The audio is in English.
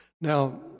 Now